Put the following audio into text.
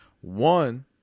one